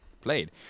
played